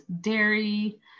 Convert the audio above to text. dairy